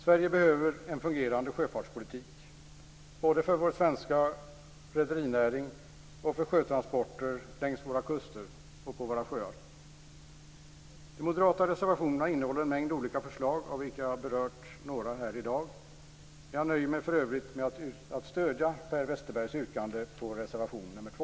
Sverige behöver en fungerande sjöfartspolitik, både för vår svenska rederinäring och för sjötransporter längs våra kuster och på våra sjöar. De moderata reservationerna innehåller en mängd olika förslag, av vilka jag har berört några här i dag. Jag nöjer mig för övrigt med att stödja Per Westerbergs yrkande på reservation nr 2.